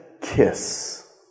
kiss